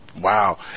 Wow